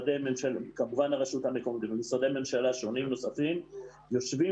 כמובן הרשות המקומית ומשרדי ממשלה שונים נוספים יושבים